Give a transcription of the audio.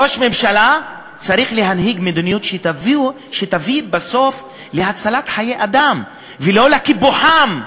ראש הממשלה צריך להנהיג מדיניות שתביא בסוף להצלת חיי אדם ולא לקיפוחם.